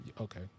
Okay